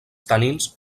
tanins